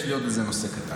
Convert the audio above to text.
יש לי עוד איזה נושא קטן.